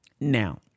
Now